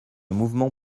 mouvement